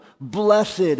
blessed